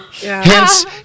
Hence